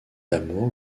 amour